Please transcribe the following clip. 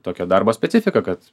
tokia darbo specifika kad